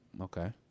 Okay